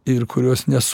ir kurios nes